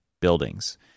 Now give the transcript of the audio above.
buildings